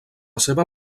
seva